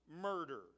murder